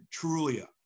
Trulia